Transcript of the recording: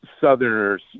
Southerners